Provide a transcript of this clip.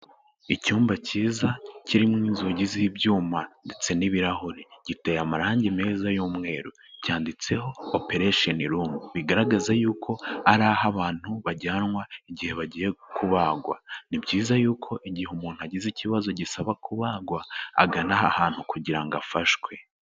Icyumba cyiza kirimo inzugi z'ibyuma ndetse n'ibirahure, giteye amarange meza y'umweru, cyanditseho operesheni rumu, bigaragaza y'uko ari aho abantu bajyanwa igihe bagiye kubagwa. Ni byiza yuko igihe umuntu agize ikibazo gisaba kubagwa agana aha hantu kugira ngo afashwe.